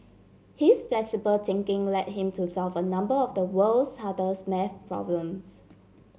his flexible thinking led him to solve a number of the world's hardest math problems